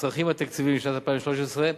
הצרכים התקציביים של שנת 2013 גוברים